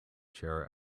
chair